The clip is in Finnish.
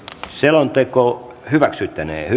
selonteko hyväksyttiin